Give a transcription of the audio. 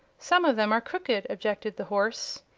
some of them are crooked, objected the horse.